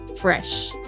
Fresh